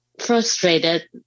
frustrated